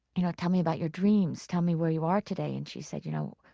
you know, tell me about your dreams, tell me where you are today, and she said, you know,